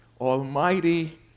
almighty